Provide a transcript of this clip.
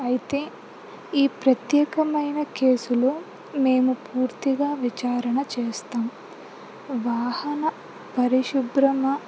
అయితే ఈ ప్రత్యేకమైన కేసులు మేము పూర్తిగా విచారణ చేస్తాం వాహన పరిశుభ్రమా